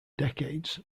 decades